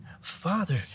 father